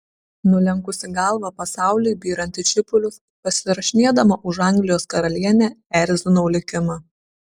nulenkusi galvą pasauliui byrant į šipulius pasirašinėdama už anglijos karalienę erzinau likimą